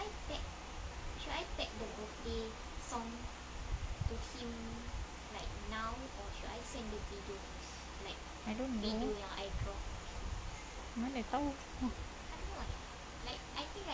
I don't know mana tahu